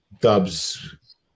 Dubs